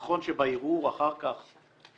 נכון שבערעור אחר כך,